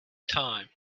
time